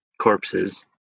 corpses